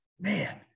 man